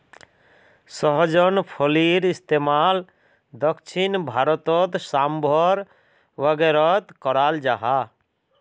सहजन फलिर इस्तेमाल दक्षिण भारतोत साम्भर वागैरहत कराल जहा